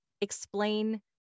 explain